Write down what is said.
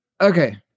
Okay